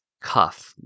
cuff